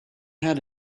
had